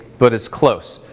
but it's close.